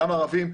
גם ערבים.